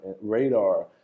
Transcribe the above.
radar